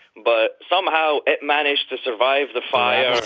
but, somehow, it managed to survive the fire